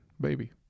Baby